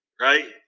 right